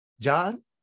John